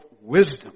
wisdom